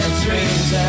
dreams